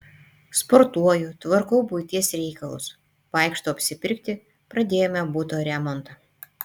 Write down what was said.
sportuoju tvarkau buities reikalus vaikštau apsipirkti pradėjome buto remontą